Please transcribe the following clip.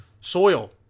soil